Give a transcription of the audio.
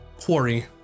quarry